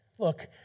Look